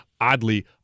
oddly